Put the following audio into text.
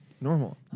normal